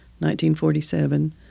1947